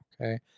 okay